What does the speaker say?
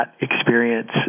experience